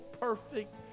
perfect